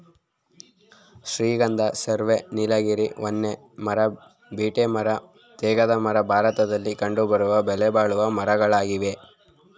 ಶ್ರೀಗಂಧ, ಸರ್ವೆ, ನೀಲಗಿರಿ, ಹೊನ್ನೆ ಮರ, ಬೀಟೆ ಮರ, ತೇಗದ ಮರ ಭಾರತದಲ್ಲಿ ಕಂಡುಬರುವ ಬೆಲೆಬಾಳುವ ಮರಗಳಾಗಿವೆ